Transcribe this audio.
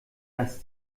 dass